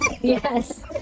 Yes